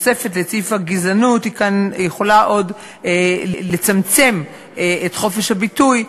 התוספת לסעיף הגזענות כאן יכולה עוד לצמצם את חופש הביטוי,